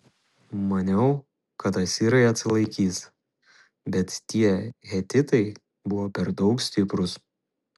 maniau kad asirai atsilaikys bet tie hetitai buvo per daug stiprūs